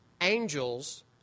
angels